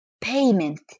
payment